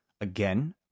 again